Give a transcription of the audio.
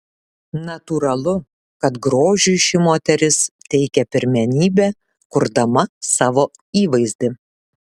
natūralu kad grožiui ši moteris teikia pirmenybę kurdama savo įvaizdį